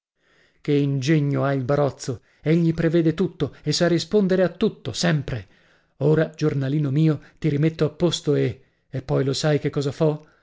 che ingegno ha il barozzo egli prevede tutto e sa rispondere a tutto sempre ora giornalino mio ti rimetto a posto e e poi lo sai che cosa fo